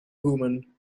woman